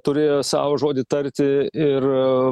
turėjo savo žodį tarti ir